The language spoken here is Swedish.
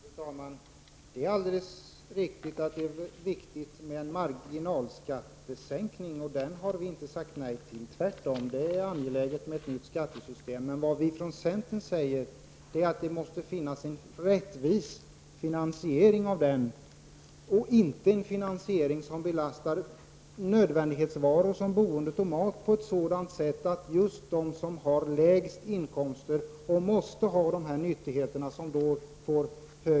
Fru talman! Det är alldeles riktigt att det är viktigt med en marginalskattesänkning. Den har vi inte sagt nej till. Det är tvärtom angeläget med ett nytt skattesystem. Men vad vi från centern säger är att det måste finnas en rättvis finansiering av den, inte en finansiering som belastar nödvändighetsvaror, boende och mat, på ett sådant sätt att de som har lägst inkomster kommer att få det ekonomiskt väldigt mycket svårare.